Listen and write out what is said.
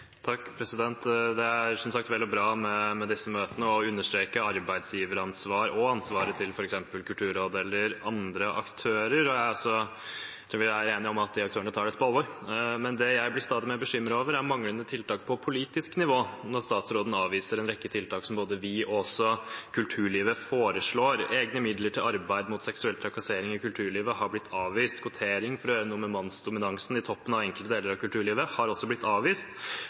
Det er som sagt vel og bra med disse møtene og å understreke arbeidsgiveransvar og ansvaret til f.eks. Kulturrådet eller andre aktører. Så vi er enige om at de aktørene tar dette på alvor. Men det jeg blir stadig mer bekymret over, er manglende tiltak på politisk nivå, når statsråden avviser en rekke tiltak som både vi og kulturlivet foreslår. Egne midler til arbeid mot seksuell trakassering i kulturlivet har blitt avvist. Kvotering for å gjøre noe med mannsdominansen i toppen av enkelte deler av kulturlivet har også blitt avvist.